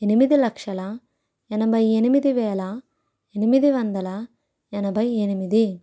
ఎనిమిది లక్షల ఎనభై ఎనిమిది వేల ఎనిమిది వందల ఎనభై ఎనిమిది